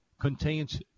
contains –